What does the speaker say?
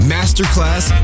Masterclass